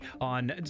on